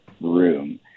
room